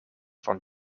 van